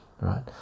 right